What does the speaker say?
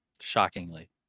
shockingly